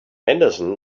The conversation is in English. henderson